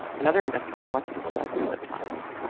another investigator watched it dozens of times